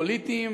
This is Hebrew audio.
פוליטיים,